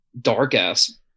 dark-ass